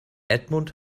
edmund